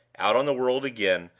out on the world again,